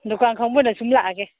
ꯗꯨꯀꯥꯟ ꯈꯪꯕ ꯑꯣꯏꯅ ꯁꯨꯝ ꯂꯥꯛꯑꯒꯦ